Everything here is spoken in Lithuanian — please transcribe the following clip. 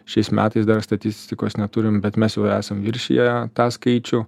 šiais metais dar statistikos neturim bet mes esam viršiję tą skaičių